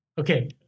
Okay